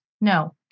no